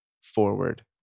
forward